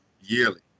yearly